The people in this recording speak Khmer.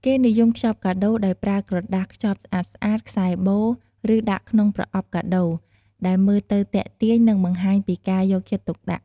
គេនិយមខ្ចប់កាដូរដោយប្រើ ក្រដាសខ្ចប់ស្អាតៗ ខ្សែបូ ឬដាក់ក្នុង ប្រអប់កាដូរ ដែលមើលទៅទាក់ទាញ និងបង្ហាញពីការយកចិត្តទុកដាក់។